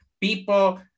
people